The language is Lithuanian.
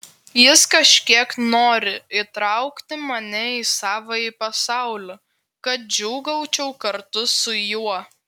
jis kažkiek nori įtraukti mane į savąjį pasaulį kad džiūgaučiau kartu su juo